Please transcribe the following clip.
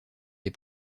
des